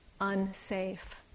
unsafe